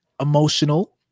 Emotional